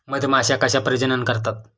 मधमाश्या कशा प्रजनन करतात?